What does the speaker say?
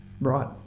Right